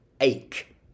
ache